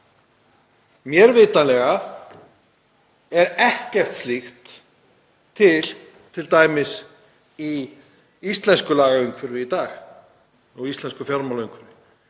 mér vitanlega er ekkert slíkt til í íslensku lagaumhverfi í dag og í íslensku fjármálaumhverfi.